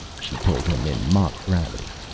she told him in mock gravity,